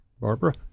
Barbara